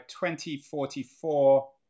2044